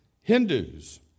Hindus